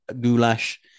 goulash